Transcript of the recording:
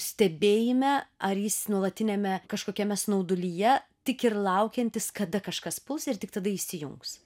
stebėjime ar jis nuolatiniame kažkokiame snaudulyje tik ir laukiantis kada kažkas puls ir tik tada įsijungs